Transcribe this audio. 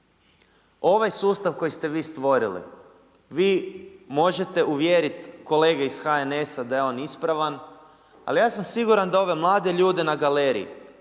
Ovaj sustav koji ste vi stvorili, vi možete uvjeriti kolege iz HNS-a da je on ispravan. Ali ja sam siguran da ove mlade ljude na galeriji